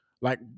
like-